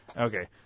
Okay